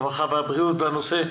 הרווחה והבריאות בנושא: